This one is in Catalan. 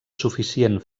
suficient